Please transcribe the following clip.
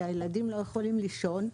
כי הילדים לא יכולים לישון,